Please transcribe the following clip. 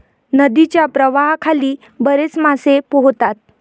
नदीच्या प्रवाहाखाली बरेच मासे पोहतात